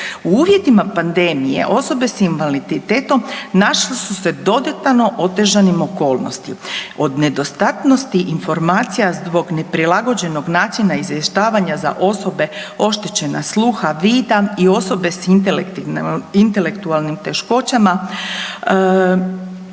U uvjetima pandemije osobe s invaliditetom našle su se u dodatno otežanim okolnostima. Od nedostatnosti informacija zbog neprilagođenog načina izvještavanja za osobe oštećena sluha, vida i osobe s intelektualnim teškoćama